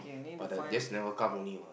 but the just never come only what